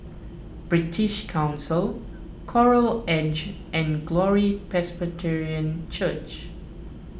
British Council Coral Edge and Glory Presbyterian Church